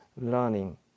learning